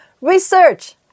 research